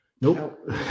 Nope